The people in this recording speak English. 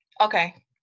Okay